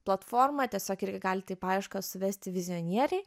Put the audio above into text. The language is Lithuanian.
platformą tiesiog irgi galite į paiešką suvesti vizionieriai